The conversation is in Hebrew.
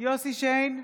יוסף שיין,